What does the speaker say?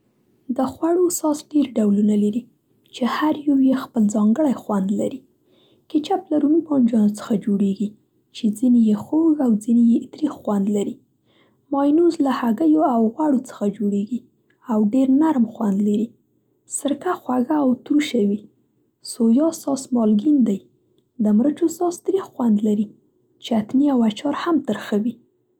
د خوړو ساس ډېر ډولونه لري چې هر یو یې خپل ځانګړی خوند لري. کېچپ له رومي بانجانو څخه جوړیږي چې ځینې یې خوږ او ځینې تریخ خوند لري. ماینوز له هګیو او غوړو څخه جوړیږي او ډېر نرم خوند لري. سرکه خوږه او ترشه وي. سویا ساس مالګین دی. د مرچو ساس تریخ خوند لري. چتني او اچار هم ترخه وي.